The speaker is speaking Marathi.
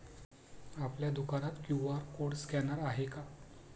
आपल्या दुकानात क्यू.आर कोड स्कॅनर आहे का?